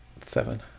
Seven